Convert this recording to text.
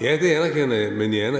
Ja, det anerkender jeg, men jeg